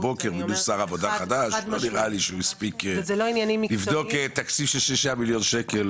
אתה בונה על פי תקציב, יש לכם שישה מיליון שקל